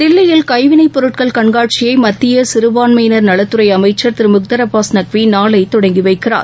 தில்லியில் கைவினைப் பொருட்கள் கண்காட்சியை மத்திய சிறுபான்மையினர் நலத்துறை அமைச்சர் திரு முக்தர் அப்பாஸ் நக்வி நாளை தொடங்கி வைக்கிறார்